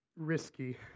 risky